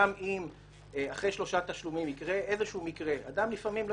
גם אם אחרי שלושה תשלומים יקרה איזשהו מקרה אדם לפעמים לא